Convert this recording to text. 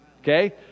Okay